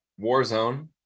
Warzone